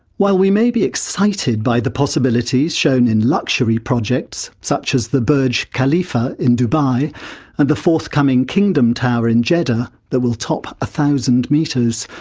while we may be excited by the possibilities shown in luxury projects such as the burj khalifa in dubai and the forthcoming kingdom tower in jeddah that will top one thousand metres,